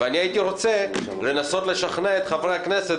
ואני הייתי רוצה לנסות לשכנע את חברי הכנסת